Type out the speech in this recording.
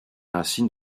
racines